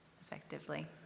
effectively